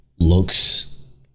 looks